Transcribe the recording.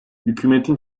hükümetin